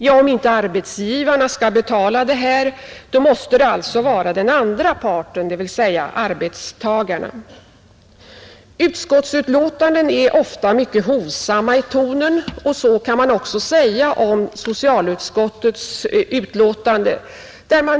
Ja, om inte arbetsgivarna skall betala det, måste det alltså bli den andra parten, dvs. arbetstagarna, som gör det. Utskottsbetänkanden är ofta mycket hovsamma i tonen, och det kan man också säga att socialutskottets betänkande här är.